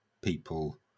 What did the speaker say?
people